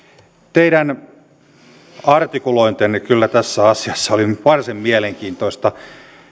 teidän artikulointinne kyllä tässä asiassa oli nyt varsin mielenkiintoista